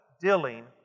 Dealing